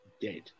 dead